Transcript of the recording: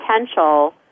potential